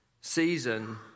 season